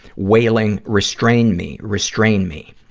wailing restrain me! restrain me!